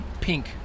Pink